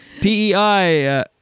PEI